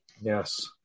Yes